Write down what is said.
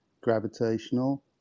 gravitational